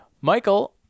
Michael